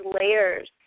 layers